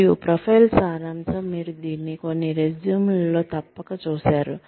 మరియు ప్రొఫైల్ సారాంశం మీరు దీన్ని కొన్ని రెజ్యూమెలలో తప్పక చూసారు